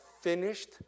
finished